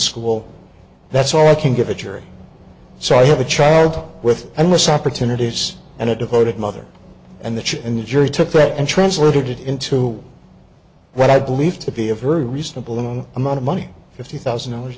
school that's all i can give a jury so i have a child with a missed opportunities and a devoted mother and the truth and the jury took that and translated it into what i believe to be a very reasonable long amount of money fifty thousand dollars a